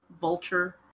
vulture